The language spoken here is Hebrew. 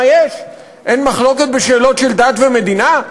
מה יש, אין מחלוקת בשאלות של דת ומדינה?